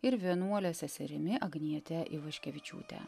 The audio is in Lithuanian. ir vienuole seserimi agnietė ivaškevičiūtė